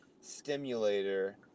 stimulator